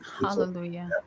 Hallelujah